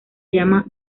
llama